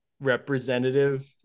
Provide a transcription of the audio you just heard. representative